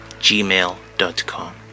gmail.com